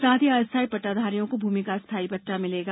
साथ ही अस्थाई पट्टाधारियों को भूमि का स्थाई पट्टा मिलेगा